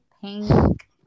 pink